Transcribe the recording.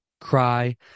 cry